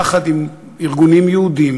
יחד עם ארגונים יהודיים